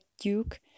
Duke